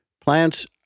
Plants